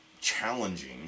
challenging